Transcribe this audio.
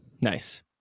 Nice